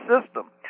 system